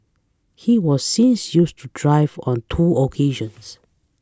he was since used to drive on two occasions